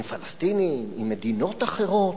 עם פלסטינים, עם מדינות אחרות,